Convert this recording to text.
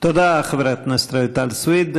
תודה, חברת הכנסת רויטל סויד.